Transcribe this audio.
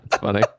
funny